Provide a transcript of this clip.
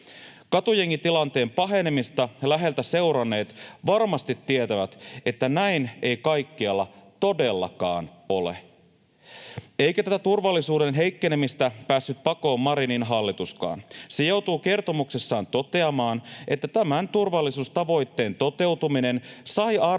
Katujengitilanteen pahenemista läheltä seuranneet varmasti tietävät, että näin ei kaikkialla todellakaan ole, eikä tätä turvallisuuden heikkenemistä päässyt pakoon Marinin hallituskaan. Se joutuu kertomuksessaan toteamaan, että tämän turvallisuustavoitteen toteutuminen sai arvosanaksi